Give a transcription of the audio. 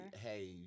Hey